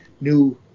new